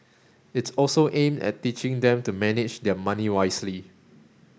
it's also aimed at teaching them to manage their money wisely